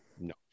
No